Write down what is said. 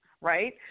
Right